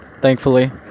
thankfully